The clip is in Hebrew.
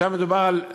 שם מדובר על ירידה,